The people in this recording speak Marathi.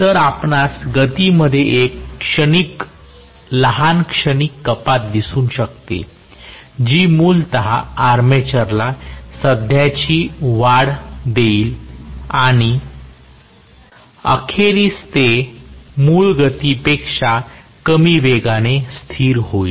तर आपणास गतीमध्ये एक लहान क्षणिक कपात दिसू शकते जी मूलत आर्मेचरला सध्याची वाढ देईल आणि अखेरीस ते मूळ गतीपेक्षा कमी वेगाने स्थिर होईल